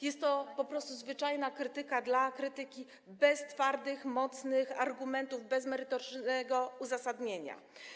Jest to po prostu zwyczajna krytyka dla krytyki bez twardych, mocnych argumentów, bez merytorycznego uzasadnienia.